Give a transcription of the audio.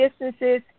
businesses